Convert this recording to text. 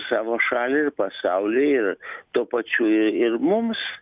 savo šaliai ir pasauliui ir tuo pačiu ir mums